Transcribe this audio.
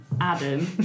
Adam